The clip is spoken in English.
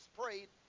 prayed